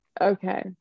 okay